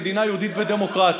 מדינה יהודית ודמוקרטית.